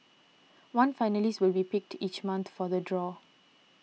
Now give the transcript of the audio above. one finalist will be picked each month for the draw